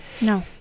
No